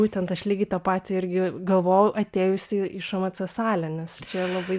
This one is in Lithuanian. būtent aš lygiai tą patį irgi galvojau atėjusi į šmc salę nes čia labai